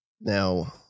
Now